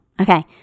Okay